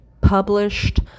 published